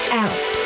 out